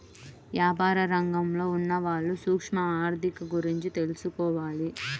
యాపార రంగంలో ఉన్నవాళ్ళు సూక్ష్మ ఆర్ధిక గురించి తెలుసుకోవాలి